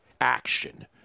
action